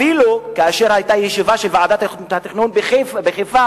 אפילו כאשר היתה ישיבה של ועדת התכנון בחיפה,